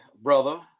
brother